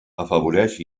afavoreix